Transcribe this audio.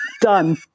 Done